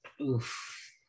oof